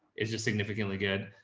it's just significantly good.